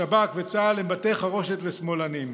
השב"כ וצה"ל הם בתי חרושת לשמאלנים.